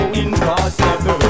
impossible